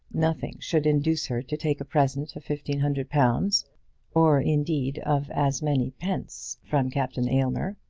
nothing should induce her to take a present of fifteen hundred pounds or, indeed, of as many pence from captain aylmer.